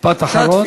משפט אחרון.